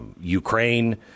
Ukraine